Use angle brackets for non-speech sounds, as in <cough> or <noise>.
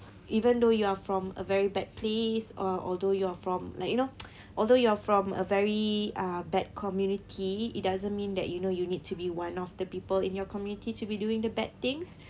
even though you are from a very bad place uh although you are from like you know <noise> although you are from a very uh bad community it doesn't mean that you know you need to be one of the people in your community to be doing the bad things